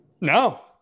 No